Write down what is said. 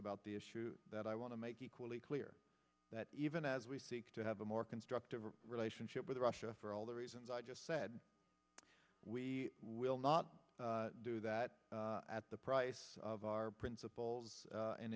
about the issue that i want to make equally clear that even as we seek to have a more constructive relationship with russia for all the reasons i just said we will not do that at the price of our principles